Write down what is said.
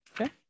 Okay